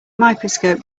microscope